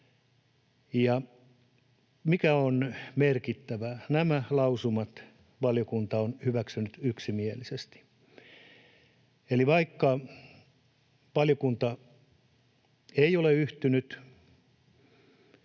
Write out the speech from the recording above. mikä on merkittävää, nämä lausumat valiokunta on hyväksynyt yksimielisesti. Eli vaikka valiokunta ei ole yhtynyt